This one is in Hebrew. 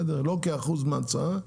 לא כאחוז מההצעה.